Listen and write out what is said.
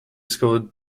scored